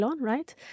right